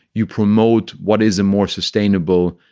you promote what is a more sustainable